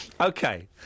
Okay